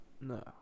No